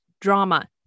drama